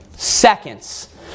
Seconds